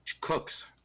Cooks